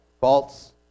faults